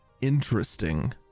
interesting